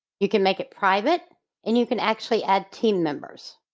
you can make it private and you can actually add team members.